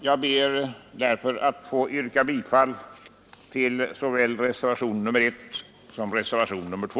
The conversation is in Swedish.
Jag ber att få yrka bifall till såväl reservationen 1 som reservationen 2.